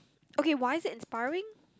okay why is it inspiring